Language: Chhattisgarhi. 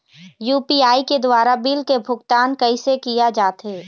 यू.पी.आई के द्वारा बिल के भुगतान कैसे किया जाथे?